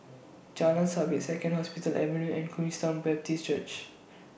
Jalan Sabit Second Hospital Avenue and Queenstown Baptist Church